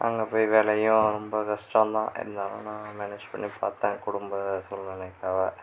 அங்கே போய் வேலையும் ரொம்ப கஷ்டம் தான் இருந்தாலும் நான் மேனேஜ் பண்ணி பார்த்தேன் குடும்ப சூழ்நிலைக்காக